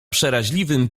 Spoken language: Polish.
przeraźliwym